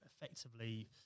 effectively